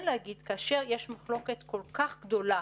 וכאשר יש מחלוקת כל כך גדולה